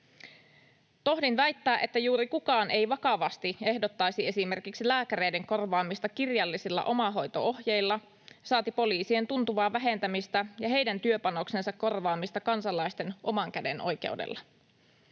Tohdin väittää, että juuri kukaan ei vakavasti ehdottaisi esimerkiksi lääkäreiden korvaamista kirjallisilla omahoito-ohjeilla, saati poliisien tuntuvaa vähentämistä ja heidän työpanoksensa korvaamista kansalaisten omankädenoikeudella.